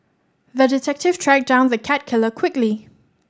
the detective tracked down the cat killer quickly